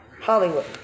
Hollywood